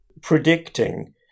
Predicting